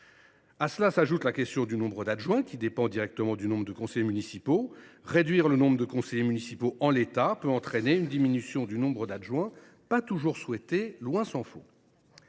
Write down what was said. À cela s’ajoute la question du nombre d’adjoints, qui dépend directement du nombre de conseillers municipaux. En l’état, réduire le nombre de conseillers municipaux peut entraîner une diminution du nombre d’adjoints, qui n’est pas toujours souhaitée, tant s’en faut.